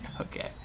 Okay